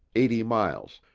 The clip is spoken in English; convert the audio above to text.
eighty miles,